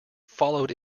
followed